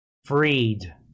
Freed